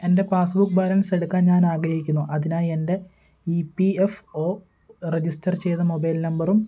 എൻ്റെ passbook balance എടുക്കാൻ ഞാൻ ആഗ്രഹിക്കുന്നു അതിനായി എൻ്റെ E P F O register ചെയ്ത മൊബൈൽ നമ്പറും